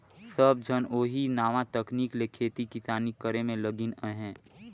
सब झन ओही नावा तकनीक ले खेती किसानी करे में लगिन अहें